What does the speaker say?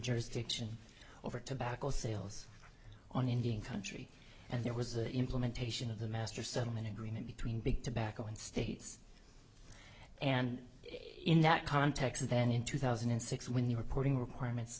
jurisdiction over tobacco sales on indian country and there was an implementation of the master settlement agreement between big tobacco and states and in that context then in two thousand and six when the reporting requirements